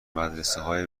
مدرسههای